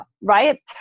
right